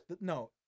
No